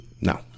No